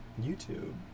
YouTube